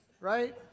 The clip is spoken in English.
right